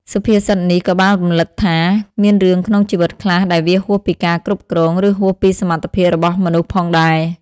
សុភាសិតនេះក៏បានរំលឹកថា មានរឿងក្នុងជីវិតខ្លះដែលវាហួសពីការគ្រប់គ្រង ឬហួសពីសមត្ថភាពរបស់មនុស្សផងដែរ។